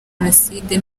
jenoside